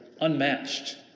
unmatched